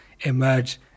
emerge